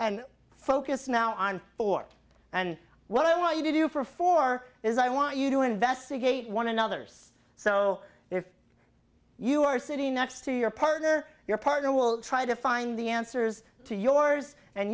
and focus now on four and what i want you to do for four is i want you to investigate one another's so if you are sitting next to your partner your partner will try to find the answers to yours and